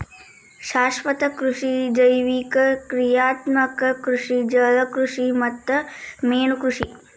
ಶಾಶ್ವತ ಕೃಷಿ ಜೈವಿಕ ಕ್ರಿಯಾತ್ಮಕ ಕೃಷಿ ಜಲಕೃಷಿ ಮತ್ತ ಮೇನುಕೃಷಿ